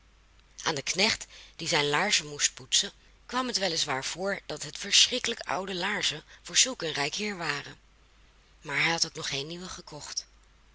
aan den knecht die zijn laarzen moest poetsen kwam het wel is waar voor dat het verschrikkelijk oude laarzen voor zulk een rijk heer waren maar hij had ook nog geen nieuwe gekocht